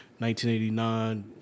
1989